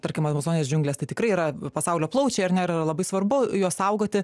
tarkim amazonės džiunglės tai tikrai yra pasaulio plaučiai ar ne yra labai svarbu juos saugoti